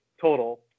total